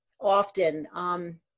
often